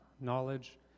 knowledge